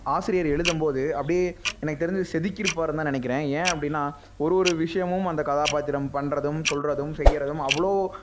ஆசிரியர் எழுதம்போது அப்படியே எனக்கு தெரிஞ்சு செதுக்கியிருப்பாருன்னு தான் நினைக்கிறேன் ஏன் அப்படின்னா ஒரு ஒரு விஷயமும் அந்த கதாபாத்திரம் பண்ணுறதும் சொல்கிறதும் செய்யிறதும் அவ்வளோ